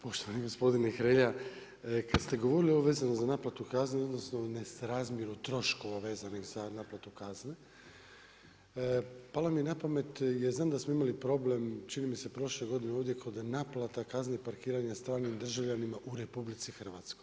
Poštovani gospodine Hrelja, kad ste govorili vezano za naplatu kazne odnosno nesrazmjeru troškova vezanih za naplatu kazne, pala mi je na pamet, ja znam da smo imali problem čini mi se, prošle godine ovdje kod naplata kazni parkiranja stranim državljanima u RH.